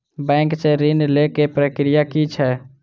Bank सऽ ऋण लेय केँ प्रक्रिया की छीयै?